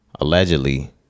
Allegedly